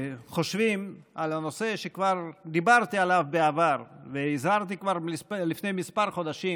חושבים על הנושא שכבר דיברתי עליו בעבר והזהרתי כבר לפני כמה חודשים